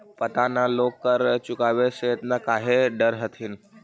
पता न लोग कर चुकावे से एतना काहे डरऽ हथिन